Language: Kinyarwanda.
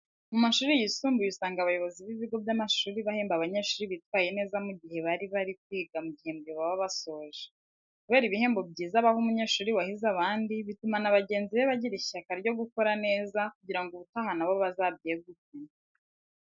Mu mashuri yisumbuye usanga abayobozi b'ibigo by'amashuri bahemba abanyeshuri bitwaye neza mu gihe bari bari kwiga mu gihembwe baba basoje. Kubera ibihembo byiza baha umunyeshuri wahize abandi, bituma na bagenzi be bagira ishyaka ryo gukora neza kugira ngo ubutaha na bo bazabyegukane.